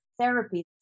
therapy